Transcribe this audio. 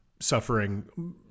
suffering